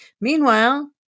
Meanwhile